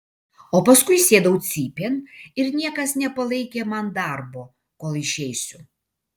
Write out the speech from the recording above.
o paskui sėdau cypėn ir niekas nepalaikė man darbo kol išeisiu